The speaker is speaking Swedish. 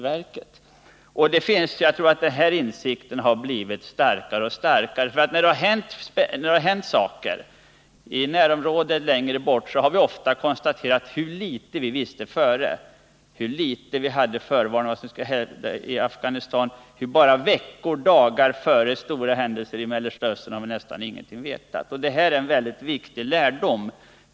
Jag tror att insikten om de här svårigheterna har blivit starkare och starkare. När något har hänt, i närområde eller längre bort, har vi ofta kunnat konstatera hur litet vi visste i förväg, hur litet förvarnade vi var om vad som skulle hända. Som exempel kan tas Afghanistan. Och bara veckor eller dagar före stora händelser i Mellersta Östern har vi nästan ingenting vetat. Det är viktigt att ta lärdom av detta.